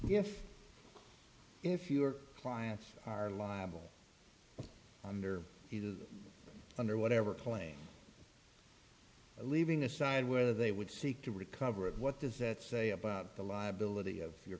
sure if your clients are liable on their under whatever plan leaving aside whether they would seek to recover it what does that say about the liability of your